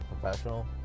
professional